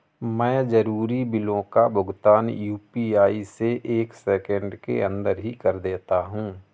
मैं जरूरी बिलों का भुगतान यू.पी.आई से एक सेकेंड के अंदर ही कर देता हूं